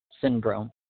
syndrome